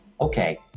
okay